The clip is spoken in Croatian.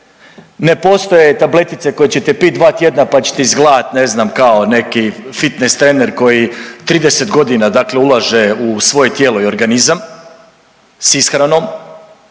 ne postoje tabletice koje ćete pit dva tjedna pa ćete izgledat ne znam kao neki fitnes trener koji 30.g. dakle ulaže u svoje tijelo i organizam s ishranom,